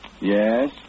Yes